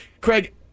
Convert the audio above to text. Craig